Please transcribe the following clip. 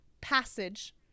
passage